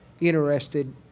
interested